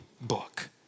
book